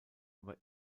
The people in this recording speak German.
aber